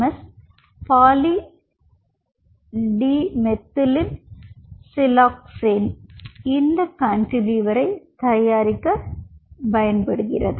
S polydimethylsiloxane இந்த கான்டிலீவரை தயாரிக்க பயன்படுகிறது